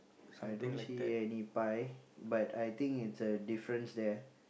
I don't see any pie but I think it's a difference there